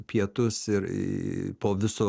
pietus ir iii po viso